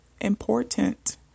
important